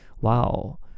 Wow